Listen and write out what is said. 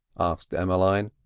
asked emmeline.